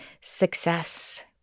success